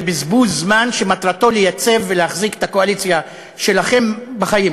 זה בזבוז זמן שמטרתו לייצב ולהחזיק את הקואליציה שלכם בחיים,